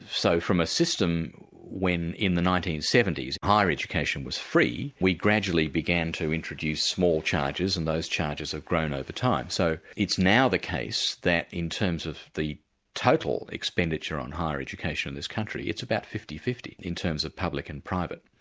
so from a system when in the nineteen seventy s, higher education was free, we gradually began to introduce small charges and those charges have grown over time. so it's now the case that in terms of the total expenditure on higher education in this country, it's about fifty fifty in terms of public and private.